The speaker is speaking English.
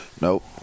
Nope